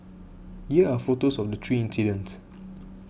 here are photos of the three incidents